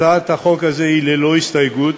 הצעת החוק הזאת היא ללא הסתייגויות,